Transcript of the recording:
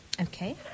Okay